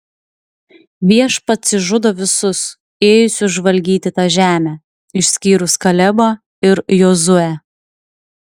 viešpats išžudo visus ėjusius žvalgyti tą žemę išskyrus kalebą ir jozuę